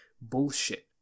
bullshit